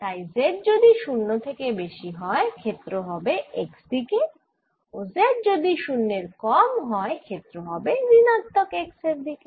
তাই z যদি 0 থেকে বেশি হয় ক্ষেত্র হবে x দিকে ও z যদি 0 এর কম হয় ক্ষেত্র হয় ঋণাত্মক x এর দিকে